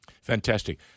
Fantastic